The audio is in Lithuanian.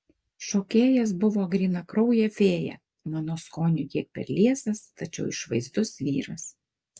šokėjas buvo grynakraujė fėja mano skoniui kiek per liesas tačiau išvaizdus vyras